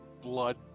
blood